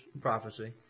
prophecy